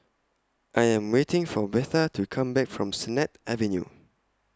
I Am waiting For Betha to Come Back from Sennett Avenue